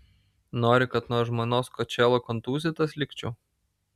nori kad nuo žmonos kočėlo kontūzytas likčiau